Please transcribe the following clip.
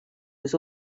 was